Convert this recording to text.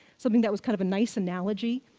something that was kind of nice analogy,